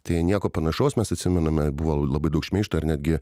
tai nieko panašaus mes atsimename buvo labai daug šmeižto ir netgi